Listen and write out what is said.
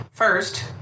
First